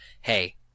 hey